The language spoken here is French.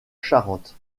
charente